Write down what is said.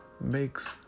makes